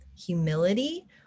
humility